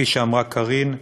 כפי שאמרה קארין,